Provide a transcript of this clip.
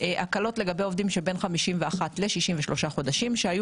הקלות לגבי עובדים שבין 51 ל-63 חודשים שהיו